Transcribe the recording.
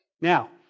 Now